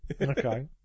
Okay